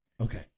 Okay